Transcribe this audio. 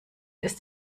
ist